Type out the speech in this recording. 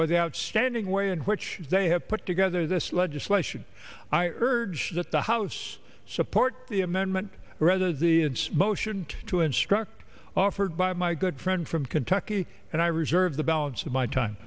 by the outstanding way in which they have put together this legislation i urge that the house support the amendment or rather the motion to instruct offered by my good friend from kentucky and i reserve the balance of my time